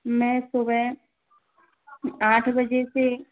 मैं सुबह आठ बजे से